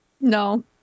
no